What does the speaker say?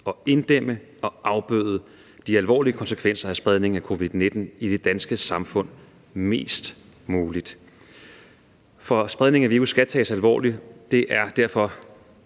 at inddæmme og afbøde de alvorlige konsekvenser af spredningen af covid-19 i det danske samfund mest muligt. For spredningen af virus skal tages alvorligt. Det er derfor